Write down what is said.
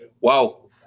Wow